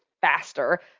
faster